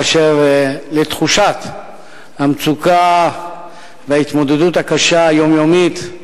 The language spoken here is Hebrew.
באשר לתחושת המצוקה וההתמודדות הקשה, היומיומית,